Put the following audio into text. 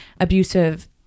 abusive